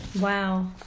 wow